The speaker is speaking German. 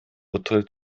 urteil